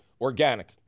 Organic